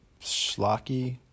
schlocky